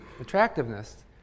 attractiveness